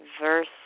verse